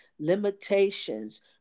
limitations